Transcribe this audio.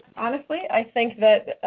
honestly, i think that,